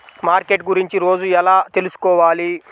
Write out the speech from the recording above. Market గురించి రోజు ఎలా తెలుసుకోవాలి?